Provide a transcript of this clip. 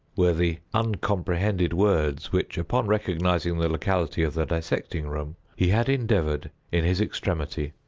were the uncomprehended words which, upon recognizing the locality of the dissecting-room, he had endeavored, in his extremity,